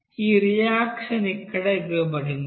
ఈ రియాక్షన్ ఇక్కడ ఇవ్వబడింది